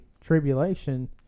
tribulation